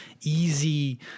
easy